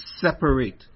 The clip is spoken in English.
separate